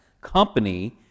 company